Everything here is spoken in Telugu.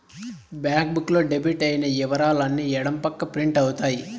బ్యాంక్ బుక్ లో డెబిట్ అయిన ఇవరాలు అన్ని ఎడం పక్క ప్రింట్ అవుతాయి